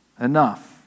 enough